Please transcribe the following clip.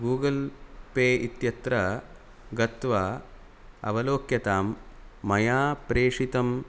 Google Pay इत्यत्र गत्वा अवलोक्यतां मया प्रेषितं